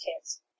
kids